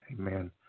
amen